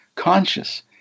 Conscious